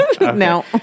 No